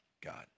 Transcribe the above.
God